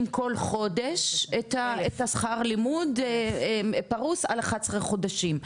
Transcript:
כל חודש את שכר הלימוד פרוס על 11 חודשים,